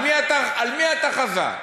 על מי אתה חזק?